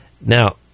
Now